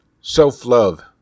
self-love